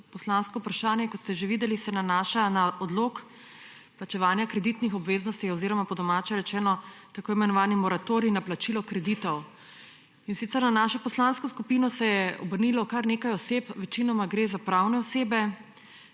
poslansko vprašanje, kot ste že videli, se nanaša na odlog plačevanja kreditnih obveznostih oziroma po domače rečeno na tako imenovani moratorij na plačilo kreditov. Na našo poslansko skupino se je obrnilo kar nekaj oseb, večinoma gre za pravne osebe,